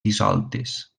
dissoltes